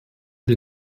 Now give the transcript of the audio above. den